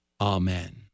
Amen